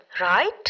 right